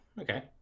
okay